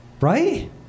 right